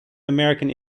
american